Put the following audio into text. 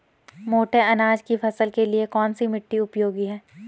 मोटे अनाज की फसल के लिए कौन सी मिट्टी उपयोगी है?